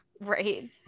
right